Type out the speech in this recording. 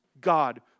God